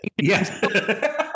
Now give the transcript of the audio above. Yes